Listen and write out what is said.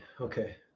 Okay